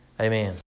amen